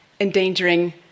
endangering